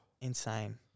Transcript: Insane